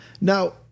Now